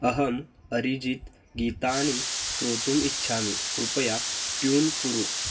अहम् अरिजित् गीतानि श्रोतुम् इच्छामि कृपया ट्यून् कुरु